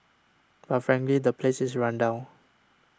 but frankly the places is run down